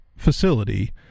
facility